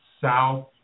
south